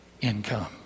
income